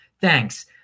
Thanks